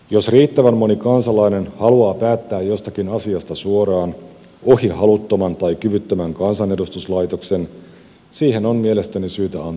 jos riittävän moni kansalainen haluaa päättää jostakin asiasta suoraan ohi haluttoman tai kyvyttömän kansanedustuslaitoksen siihen on mielestäni syytä antaa mahdollisuus